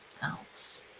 else